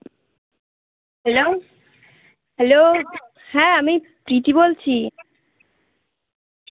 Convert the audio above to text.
hello hello হ্যাঁ আমি প্রীতি বলছি